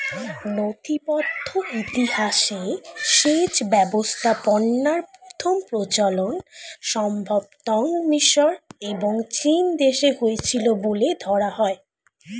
নথিবদ্ধ ইতিহাসে সেচ ব্যবস্থাপনার প্রথম প্রচলন সম্ভবতঃ মিশর এবং চীনদেশে হয়েছিল বলে ধরা হয়